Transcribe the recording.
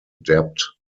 debt